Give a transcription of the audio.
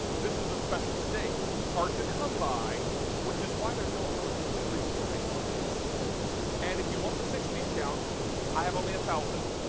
this is a special stake, hard to come by which is why there is no auto-delivery tonight on this and if you want the six piece count i have only one thousand,